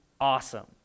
Awesome